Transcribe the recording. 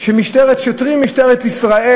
שוטרים ממשטרת ישראל,